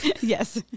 yes